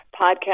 podcast